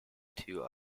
two